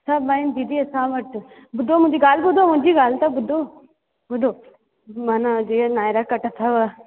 सभु आहिनि दीदी असां वटि ॿुधो मुंहिंजी ॻाल्हि ॿुधो मुंहिंजी ॻाल्हि त ॿुधो ॿुधो माना जीअं नायरा कट अथव